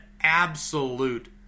absolute